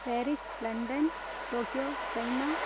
Paris London Tokyo China